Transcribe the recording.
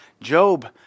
Job